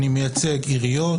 אני מייצג עיריות.